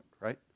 right